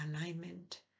alignment